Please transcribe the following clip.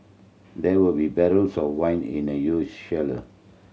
there will be barrels of wine in the huge cellar